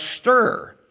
stir